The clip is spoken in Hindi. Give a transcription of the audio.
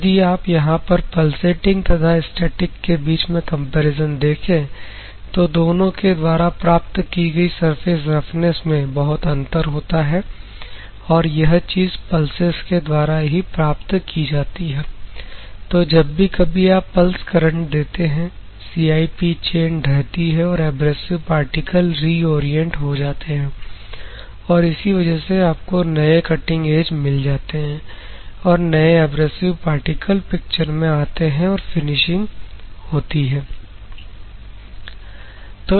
तो यदि आप यहां पर पलसेटिंग तथा स्टैटिक के बीच में कंपैरिजन देखें तो दोनों के द्वारा प्राप्त की गई सरफेस रफनेस में बहुत अंतर होता है और यह चीज पल्सेस के द्वारा ही प्राप्त की जाती है तो जब भी कभी आप पल्स करंट देते हैं CIP चैन ढहती है और एब्रेसिव पार्टिकल रिओरियंट हो जाते हैं और इसी वजह से आपको नए कटिंग एज मिल जाते हैं और नए एब्रेसिव पार्टिकल पिक्चर में आते हैं और फिनिशिंग होती है